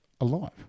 alive